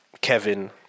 Kevin